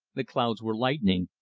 the clouds were lightening,